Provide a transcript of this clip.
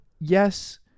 yes